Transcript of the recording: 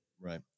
Right